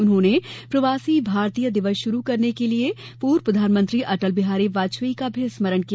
उन्होंने प्रवासी भारतीय दिवस श्रू करने के लिए प्रर्व प्रधानमंत्री अटल बिहारी वाजपेयी का भी स्मरण किया